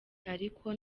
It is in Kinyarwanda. ariko